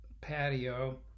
patio